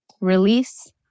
release